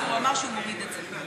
והוא אמר שהוא מוריד את זה,